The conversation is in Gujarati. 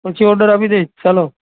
પછી ઓર્ડર આપી દઇશ ચાલો